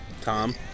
Tom